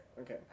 Okay